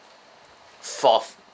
fourth